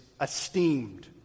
esteemed